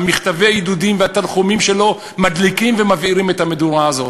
מכתבי העידודים והתנחומים שלו מדליקים ומבעירים את המדורה הזאת,